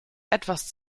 etwas